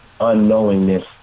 unknowingness